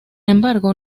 embargo